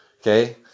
Okay